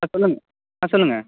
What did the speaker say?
ஆ சொல்லுங்க ஆ சொல்லுங்கள்